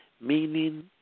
Meaning